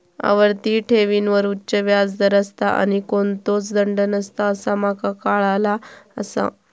आवर्ती ठेवींवर उच्च व्याज दर असता आणि कोणतोच दंड नसता असा माका काळाला आसा